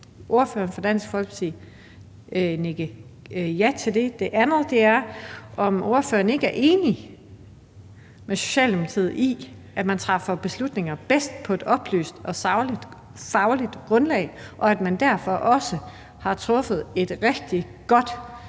ordføreren for Dansk Folkeparti nikke og sige ja til det? Det andet er, om ordføreren ikke er enig med Socialdemokratiet i, at man bedst træffer beslutninger på et oplyst og sagligt og fagligt grundlag, og at man derfor også har truffet en rigtig god